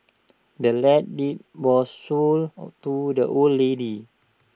the land's deed was sold to the old lady